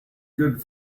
good